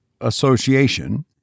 association